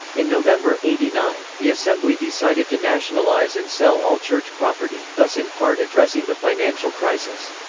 in november eighty nine, the assembly decided to nationalize and sell all church property, thus in part addressing the financial crisis.